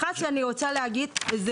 אחת שאני רוצה להגיד,